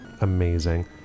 amazing